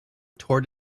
toward